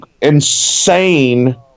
insane